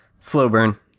Slowburn